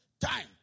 time